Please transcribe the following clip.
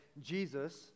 Jesus